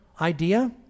idea